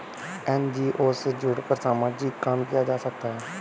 NGO से जुड़कर सामाजिक काम किया जा सकता है